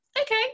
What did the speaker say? Okay